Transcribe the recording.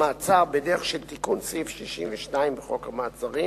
מעצר בדרך של תיקון סעיף 62 בחוק המעצרים.